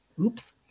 oops